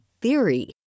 theory